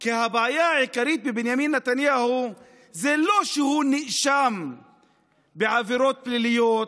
כי הבעיה העיקרית בבנימין נתניהו זה לא שהוא נאשם בעבירות פליליות,